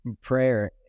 prayer